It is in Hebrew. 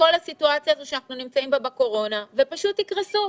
מכל הסיטואציה הזאת בה אנחנו נמצאים בקורונה ופשוט יקרסו.